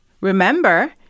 Remember